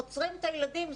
עוצרים את הילדים?